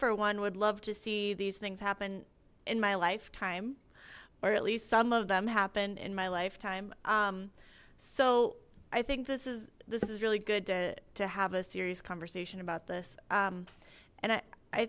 for one would love to see these things happen in my lifetime or at least some of them happen in my lifetime so i think this is this is really good too have a serious conversation about this and i